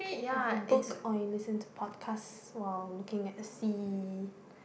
with a book or you listen to podcast while looking at the sea